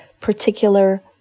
particular